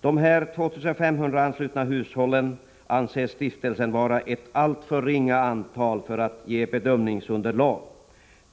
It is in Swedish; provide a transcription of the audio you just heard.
De 2 500 anslutna hushållen anser stiftelsen vara ett alltför ringa antal för att ge bedömningsunderlag.